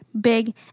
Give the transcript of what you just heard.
big